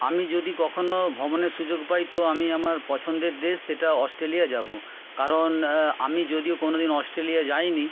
আমি যদি কখনো ভ্রমণের সুযোগ পাই তো আমি আমার পছন্দের দেশ সেটা অস্ট্রেলিয়া যাবো কারণ আমি যদিও কোনো দিন অস্ট্রেলিয়া যাইনি